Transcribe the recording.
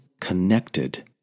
connected